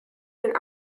den